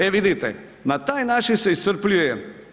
E vidite, na taj način se iscrpljuje.